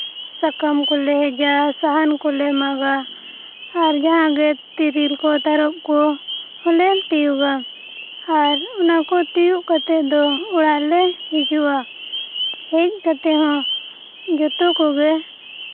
ᱥᱟᱠᱟᱢ ᱠᱚᱞᱮ ᱦᱮᱡᱟ ᱥᱟᱦᱟᱱ ᱠᱚᱞᱮ ᱢᱟᱜᱟ ᱟᱨ ᱡᱟᱦᱟᱸᱜᱮ ᱛᱤᱨᱤᱞ ᱠᱚ ᱛᱟᱨᱚᱵ ᱠᱚ ᱦᱚᱸᱞᱮ ᱛᱤᱭᱳᱜᱟ ᱟᱨ ᱚᱱᱟᱠᱚ ᱛᱤᱭᱳᱜ ᱠᱟᱛᱮ ᱫᱚ ᱚᱲᱟᱜ ᱞᱮ ᱦᱤᱡᱩᱜᱼᱟ ᱦᱮᱡ ᱠᱟᱛᱮ ᱦᱚᱸ ᱡᱚᱛᱚ ᱠᱚᱜᱮ